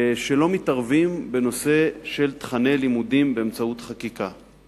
שלא מתערבים בנושא של תוכני לימודים באמצעות חקיקה.